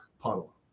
puddle